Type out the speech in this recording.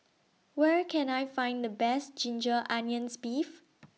Where Can I Find The Best Ginger Onions Beef